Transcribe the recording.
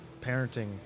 parenting